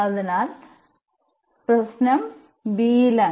അതിനാൽ പ്രശ്നം ബിയിലാണ്